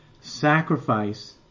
sacrifice